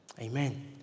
Amen